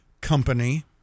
company